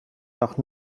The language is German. nach